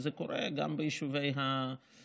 וזה קורה גם ביישובי המיעוטים,